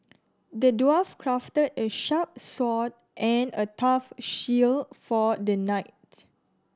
the dwarf crafted a sharp sword and a tough shield for the knight